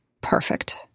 perfect